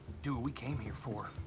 do what we came here for.